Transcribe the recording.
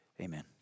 Amen